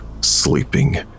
sleeping